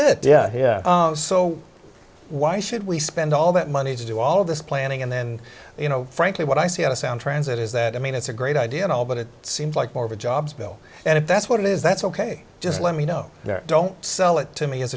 it yeah yeah so why should we spend all that money to do all of this planning and then you know frankly what i see out of sound transit is that i mean it's a great idea and all but it seems like more of a jobs bill and if that's what it is that's ok just let me know there don't sell it to me as